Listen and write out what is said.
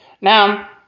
Now